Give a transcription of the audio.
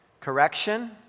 correction